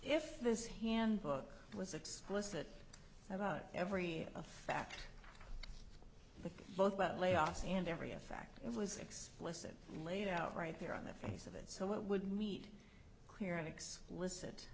if this handbook was explicit about every a fact but both about layoffs and every a fact it was explicit laid out right there on the face of it so what would meet a clear and explicit